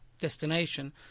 destination